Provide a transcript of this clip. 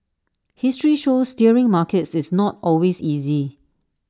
history shows steering markets is not always easy